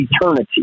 eternity